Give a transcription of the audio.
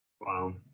Wow